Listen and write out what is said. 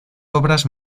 obras